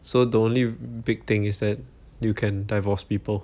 so the only big thing is that you can divorce people